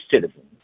citizens